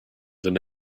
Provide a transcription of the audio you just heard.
than